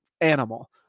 animal